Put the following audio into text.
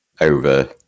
over